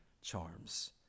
charms